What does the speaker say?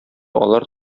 алар